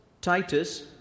Titus